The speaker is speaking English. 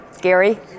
Gary